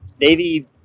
Navy